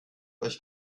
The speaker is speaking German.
euch